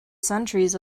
centuries